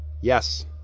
yes